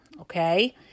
okay